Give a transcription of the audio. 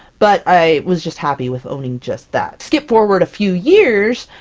but i was just happy with owning just that. skip forward a few years,